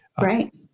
right